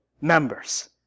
members